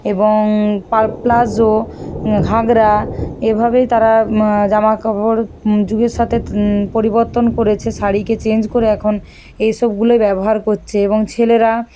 এবং প্যালাজো ঘাগরা এইভাবেই তারা জামাকাপড় যুগের সাথে পরিবর্তন করেছে শাড়িকে চেঞ্জ করে এখন এইসবগুলোই ব্যবহার করছে এবং ছেলেরা